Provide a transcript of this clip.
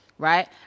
Right